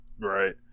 Right